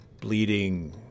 bleeding